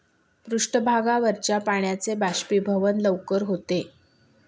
पृष्ठावरच्या पाण्याचे बाष्पीभवन लवकर होते